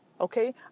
Okay